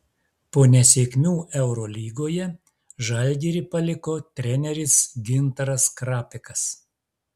po nesėkmių eurolygoje žalgirį paliko treneris gintaras krapikas